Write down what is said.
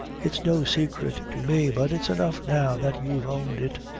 it's no saicret to me but it's enough now that you've owned it.